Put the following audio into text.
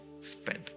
spend